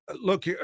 Look